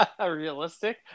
realistic